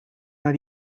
naar